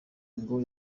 ngo